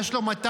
יש לו 200,